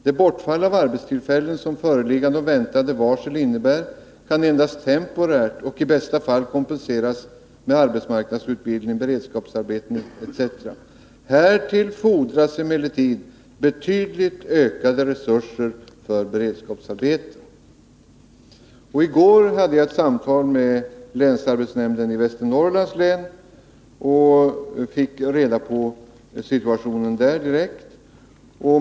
Det bortfall av arbetstillfällen som föreliggande och väntade varsel innebär, kan endast temporärt och i bästa fall kompenseras med arbetsmarknadsutbildning, beredskapsarbeten etc. Härtill fordras emellertid betydligt ökade resurser för beredskapsarbeten.” I går hade jag ett samtal med länsarbetsnämnden i Västernorrlands län och fick direkt reda på hur situationen ter sig där.